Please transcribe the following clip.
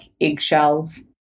eggshells